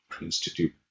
institute